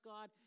God